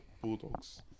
bulldogs